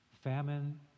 famine